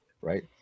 right